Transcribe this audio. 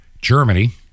Germany